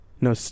No